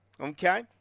okay